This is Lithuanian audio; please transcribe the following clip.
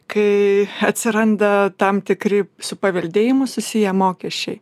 kai atsiranda tam tikri su paveldėjimu susiję mokesčiai